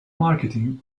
marketing